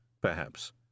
perhaps